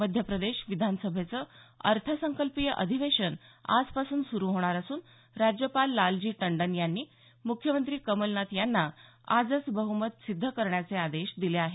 मध्य प्रदेश विधानसभेचं अर्थसंकल्पीय अधिवेशन आजपासून सुरु होणार असून राज्यपाल लालजी टंडन यांनी मुख्यमंत्री कमलनाथ यांना आजच बहुमत सिद्ध करण्याचे आदेश दिले आहेत